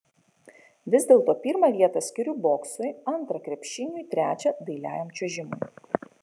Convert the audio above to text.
vis dėlto pirmą vietą skiriu boksui antrą krepšiniui trečią dailiajam čiuožimui